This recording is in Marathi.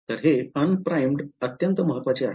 तर हे un primed अत्यंत महत्त्वाचे आहे